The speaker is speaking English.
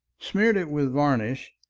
smeared it with varnish,